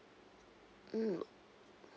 mm